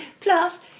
Plus